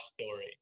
story